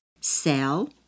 sell